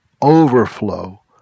overflow